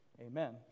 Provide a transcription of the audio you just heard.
Amen